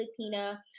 Filipina